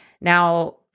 Now